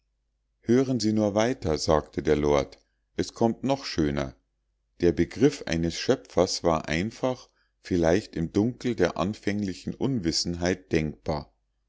hören sie nur weiter sagte der lord es kommt noch schöner der begriff eines schöpfers war einfach vielleicht im dunkel der anfänglichen unwissenheit denkbar